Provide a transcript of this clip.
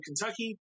kentucky